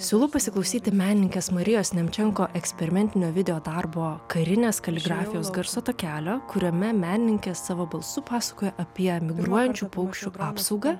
siūlau pasiklausyti menininkės marijos nemčenko eksperimentinio videodarbo karinės kaligrafijos garso takelio kuriame menininkė savo balsu pasakoja apie migruojančių paukščių apsaugą